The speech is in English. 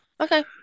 Okay